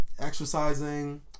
Exercising